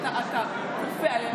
כופה עליהם.